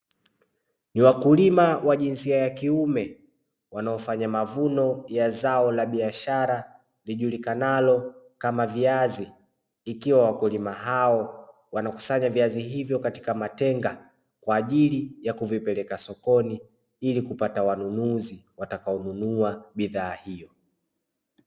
Ni wakulima wa jinsia ya kiume wanaofanya mavuno ya zao la biashara lijulikanalo kama viazi. ikiwa wakulima hao wanakusanya viazi hivo katika matenga kwa ajili ya kuvipeleka sokoni ili kupata wanunuzi watakaonunua bidhaa hiyo.